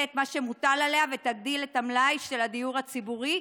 את מה שמוטל עליה ותגדיל את המלאי של הדיור הציבורי.